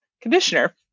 conditioner